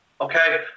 Okay